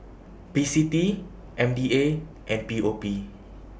P C T M D A and P O P